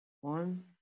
One